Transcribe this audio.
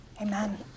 Amen